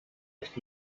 echt